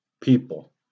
people